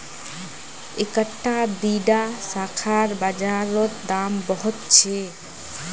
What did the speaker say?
इकट्ठा दीडा शाखार बाजार रोत दाम बहुत छे